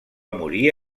morir